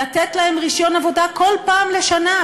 לתת להם רישיון עבודה כל פעם לשנה,